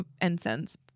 incense